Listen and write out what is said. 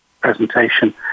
presentation